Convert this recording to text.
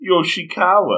Yoshikawa